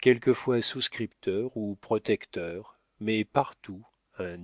quelquefois souscripteur ou protecteur mais partout un